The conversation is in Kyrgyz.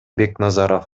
бекназаров